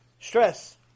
Stress